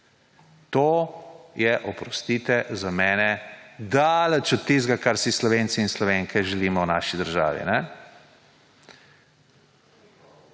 To je, oprostite, za mene daleč od tistega, kar si Slovenci in Slovenke želimo v naši državi.